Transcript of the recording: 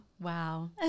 wow